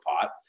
pot